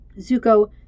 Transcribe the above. Zuko